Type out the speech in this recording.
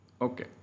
Okay